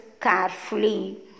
carefully